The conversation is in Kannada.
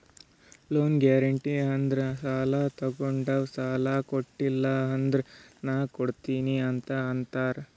ಲೋನ್ ಗ್ಯಾರೆಂಟಿ ಅಂದುರ್ ಸಾಲಾ ತೊಗೊಂಡಾವ್ ಸಾಲಾ ಕೊಟಿಲ್ಲ ಅಂದುರ್ ನಾ ಕೊಡ್ತೀನಿ ಅಂತ್ ಅಂತಾರ್